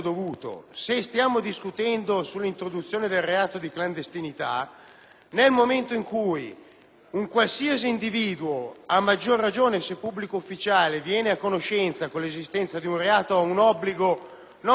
in cui un individuo, a maggior ragione se pubblico ufficiale, viene a conoscenza dell'esistenza di un reato, ha l'obbligo, non professionale, ma civile e civico di segnalare il reato all'autorità giudiziaria.